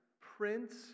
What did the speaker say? Prince